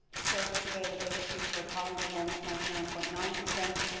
service availability per calendar month, ninety nine point nine percent.